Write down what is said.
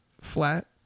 flat